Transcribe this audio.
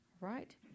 right